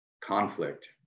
conflict